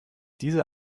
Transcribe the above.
diese